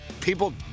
People